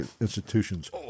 institutions